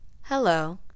Hello